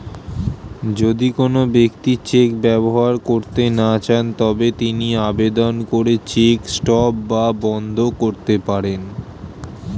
যদি কোন ব্যক্তি চেক ব্যবহার করতে না চান তবে তিনি আবেদন করে চেক স্টপ বা বন্ধ করতে পারেন